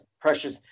precious